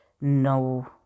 no